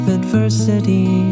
adversity